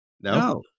No